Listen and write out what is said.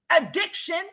addiction